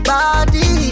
Body